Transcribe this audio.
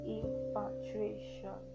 infatuation